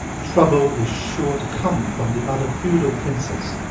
trouble is sure to come from the other feudal princes.